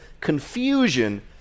confusion